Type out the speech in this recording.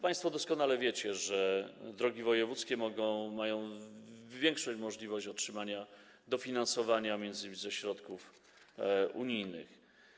Państwo doskonale wiecie, że drogi wojewódzkie mają większą możliwość otrzymania dofinansowania m.in. ze środków unijnych.